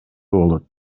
болот